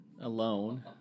alone